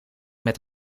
met